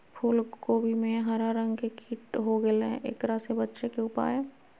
फूल कोबी में हरा रंग के कीट हो गेलै हैं, एकरा से बचे के उपाय?